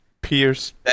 Pierce